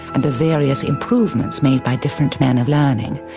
and the various improvements made by different men of learning,